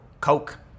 Coke